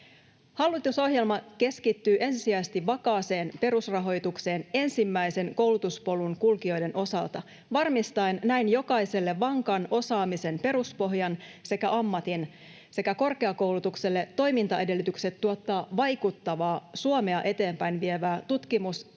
Hallitusohjelma keskittyy ensisijaisesti vakaaseen perusrahoitukseen ensimmäisen koulutuspolun kulkijoiden osalta varmistaen näin jokaiselle vankan osaamisen peruspohjan ja ammatin sekä korkeakoulutukselle toimintaedellytykset tuottaa vaikuttavaa, Suomea eteenpäin vievää tutkimus-,